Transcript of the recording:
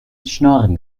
schnorren